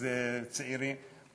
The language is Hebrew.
מרכזי צעירים,